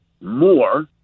more